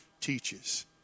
teaches